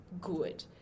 good